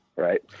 right